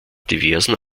diversen